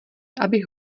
abych